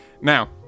Now